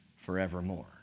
forevermore